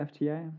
FTA